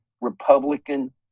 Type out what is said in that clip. Republican